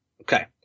Okay